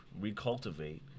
recultivate